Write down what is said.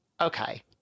Okay